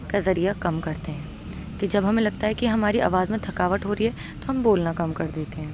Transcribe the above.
کا ذریعہ کم کرتے ہیں کہ جب ہمیں لگتا ہے کہ ہماری آواز میں تھکاوٹ ہو رہی ہے تو ہم بولنا کم کر دیتے ہیں